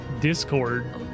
Discord